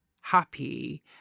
happy